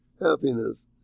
happiness